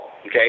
okay